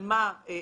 כלומר,